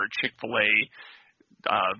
Chick-fil-A